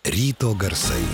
ryto garsai